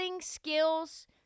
skills